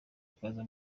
akaza